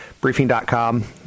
Briefing.com